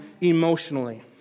emotionally